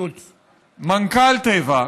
מנכ"ל טבע,